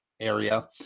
area